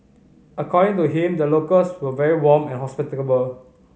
according to him the locals were very warm and hospitable